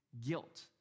guilt